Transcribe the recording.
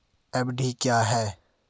FD क्या है?